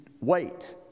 wait